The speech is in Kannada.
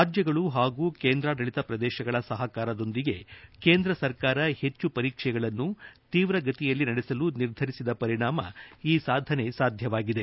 ರಾಜ್ಯಗಳು ಹಾಗು ಕೇಂದ್ರಾಡಳಿತ ಪ್ರದೇಶಗಳ ಸಹಕಾರದೊಂದಿಗೆ ಕೇಂದ್ರ ಸರ್ಕಾರ ಹೆಚ್ಚು ಪರೀಕ್ಷೆಗಳನ್ನು ತೀವ್ರ ಗತಿಯಲ್ಲಿ ನಡೆಸಲು ನಿರ್ಧರಿಸಿದ ಪರಿಣಾಮ ಈ ಸಾಧನೆ ಸಾಧ್ಯವಾಗಿದೆ